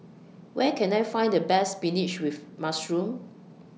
Where Can I Find The Best Spinach with Mushroom